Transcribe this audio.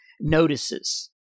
notices